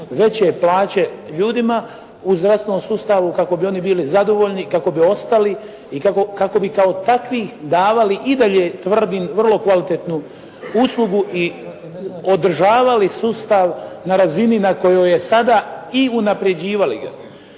veće plaće ljudima u zdravstvenom sustavu kako bi oni bili zadovoljni, kako bi ostali i kako bi kao takvi davali i dalje tvrdim vrlo kvalitetnu uslugu i održavali sustav na razini na kojoj je sada i unapređivali ga.